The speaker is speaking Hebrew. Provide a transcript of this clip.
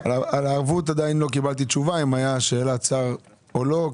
על הערבות עדיין לא קיבלתי תשובה אם הייתה שאלת שר או לא.